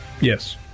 Yes